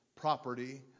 property